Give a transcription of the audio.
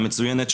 המצוינת,